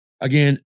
again